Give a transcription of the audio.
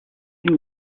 seen